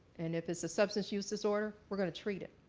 and if it's a substance use disorder, we're going to treat it.